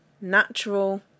natural